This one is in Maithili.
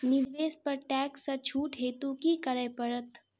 निवेश पर टैक्स सँ छुट हेतु की करै पड़त?